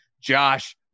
Josh